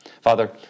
Father